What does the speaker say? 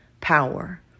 power